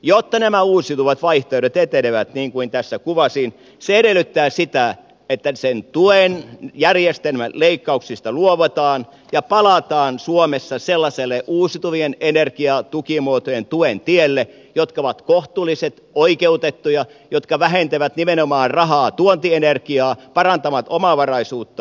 jotta nämä uusiutuvat vaihtoehdot etenevät niin kuin tässä kuvasin se edellyttää sitä että niiden tuen järjestelmän leikkauksista luovutaan ja palataan suomessa sellaiselle uusiutuvien energiamuotojen tukien tielle jotka ovat kohtuullisia oikeutettuja jotka vähentävät nimenomaan rahaa tuontienergiaan parantavat omavaraisuutta